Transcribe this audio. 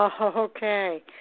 okay